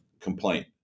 complaint